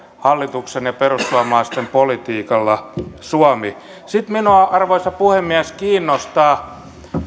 ja perussuomalaisten politiikalla suomi sitten minua arvoisa puhemies kiinnostaa